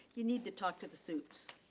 you need to talk to the supes